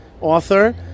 author